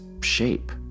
shape